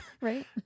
Right